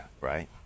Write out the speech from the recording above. right